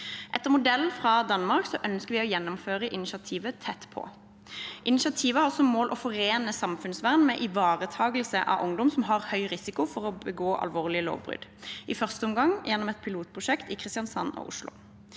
Etter modell fra Danmark ønsker vi å gjennomføre initiativet «Tett på». Initiativet har som mål å forene samfunnsvern med ivaretakelse av ungdom som har høy risiko for å begå alvorlige lovbrudd, i første omgang gjennom et pilotprosjekt i Kristiansand og Oslo.